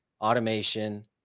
automation